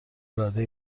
العاده